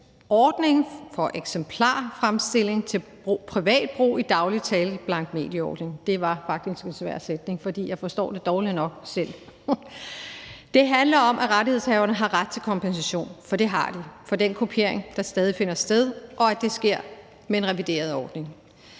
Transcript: for eksemplarfremstilling til privat brug, i daglig tale kaldet blankmedieordningen. Det var faktisk en svær sætning, for jeg forstår det dårligt nok selv. Det handler om, at rettighedshaverne har ret til kompensation – for det har de – for den kopiering, der stadig finder sted, og at det sker med en revideret ordning.